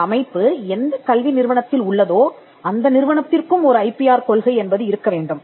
அந்த அமைப்பு எந்த கல்வி நிறுவனத்தில் உள்ளதோ அந்த நிறுவனத்திற்கும் ஒரு ஐ பிஆர் கொள்கை என்பது இருக்க வேண்டும்